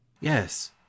Yes